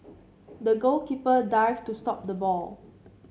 the goalkeeper dived to stop the ball